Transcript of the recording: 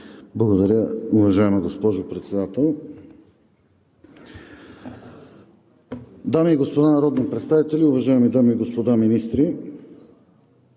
Благодаря, уважаема госпожо Председател. Дами и господа народни представители, уважаеми дами и господа министри!